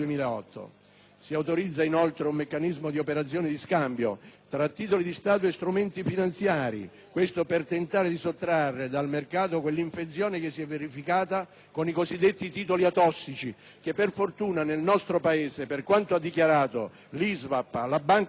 Siautorizza, inoltre, un meccanismo di operazioni di scambio tra titoli di Stato e strumenti finanziari. Questo per tentare di eliminare dal mercato quell'infezione che si è verificata con i cosiddetti titoli atossici che, per fortuna, nel nostro Paese, per quanto hanno dichiarato l'ISVAP, la Banca d'Italia